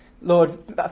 Lord